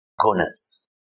Gunas